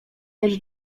też